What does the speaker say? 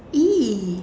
!ee!